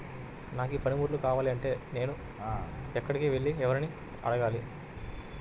నాకు పనిముట్లు కావాలి అంటే ఎక్కడికి వెళ్లి ఎవరిని ఏమి అడగాలి?